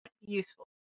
useful